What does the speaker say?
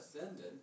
ascended